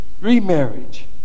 remarriage